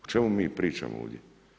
O čemu mi pričamo ovdje?